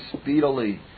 speedily